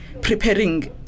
preparing